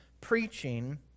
preaching